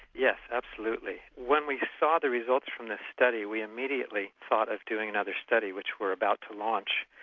yes, absolutely. when we saw the results from the study, we immediately thought of doing another study which we're about to launch,